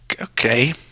okay